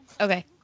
Okay